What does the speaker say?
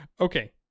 okay